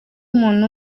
muntu